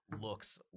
looks